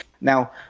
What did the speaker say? Now